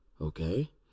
Okay